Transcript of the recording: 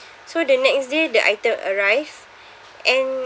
so the next day the item arrive and